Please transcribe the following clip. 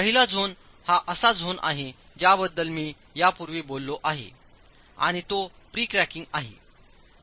पहिला झोन हा असा झोन आहे ज्याबद्दल मी यापूर्वी बोललो आहे आणि तो प्री क्रॅकिंग आहे